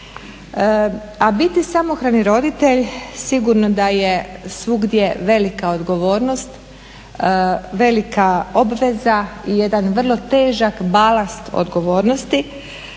A biti samohrani roditelj sigurno da je svugdje velika odgovornost, velika obveza i jedan vrlo težak balast odgovornosti.